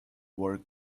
work